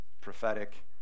prophetic